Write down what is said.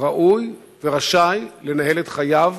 ראוי ורשאי לנהל את חייו